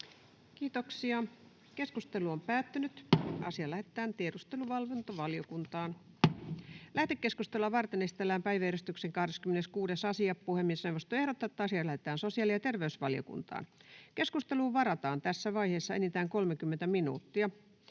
voimakkaasti, ja varmasti tätäkin keskusteluissa sivutaan. Lähetekeskustelua varten esitellään päiväjärjestyksen 26. asia. Puhemiesneuvosto ehdottaa, että asia lähetetään sosiaali- ja terveysvaliokuntaan. Keskusteluun varataan tässä vaiheessa enintään 30 minuuttia.